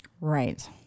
Right